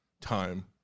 time